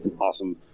awesome